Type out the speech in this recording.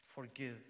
forgive